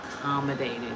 accommodated